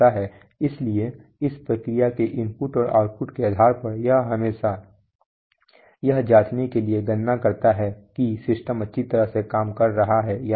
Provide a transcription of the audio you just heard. इसलिए इस प्रक्रिया के इनपुट और आउटपुट के आधार पर यह हमेशा यह जांचने के लिए गणना करता है कि सिस्टम अच्छी तरह से काम कर रहा है या नहीं